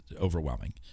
overwhelming